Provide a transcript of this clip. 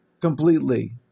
completely